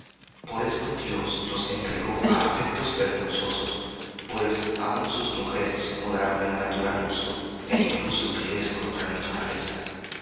por esto dios los entregó á afectos vergonzosos pues aun sus mujeres mudaron el natural uso en el uso que es contra naturaleza